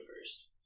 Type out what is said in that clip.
first